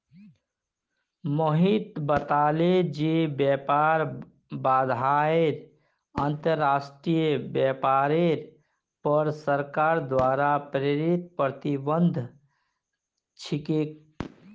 मोहित बताले जे व्यापार बाधाएं अंतर्राष्ट्रीय व्यापारेर पर सरकार द्वारा प्रेरित प्रतिबंध छिके